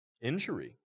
injury